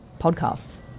podcasts